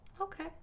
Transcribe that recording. Okay